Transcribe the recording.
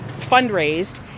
fundraised